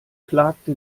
klagte